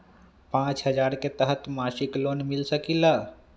पाँच हजार के तहत मासिक लोन मिल सकील?